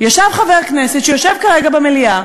חבר כנסת, שיושב כרגע במליאה,